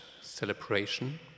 celebration